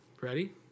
ready